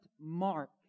mark